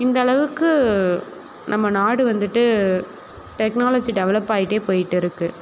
இந்தளவுக்கு நம்ம நாடு வந்துட்டு டெக்னாலஜி டெவலப் ஆகிட்டே போயிட்டு இருக்குது